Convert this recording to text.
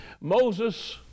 Moses